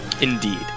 indeed